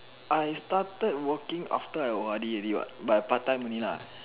I started working after I O_R_D already what but I part time only lah